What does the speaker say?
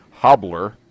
Hobbler